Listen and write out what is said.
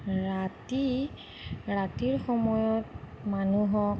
ৰাতি ৰাতিৰ সময়ত মানুহক